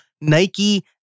Nike